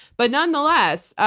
but nonetheless,